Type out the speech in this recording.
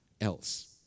else